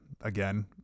again